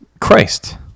Christ